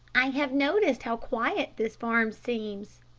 i have noticed how quiet this farm seems,